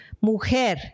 Mujer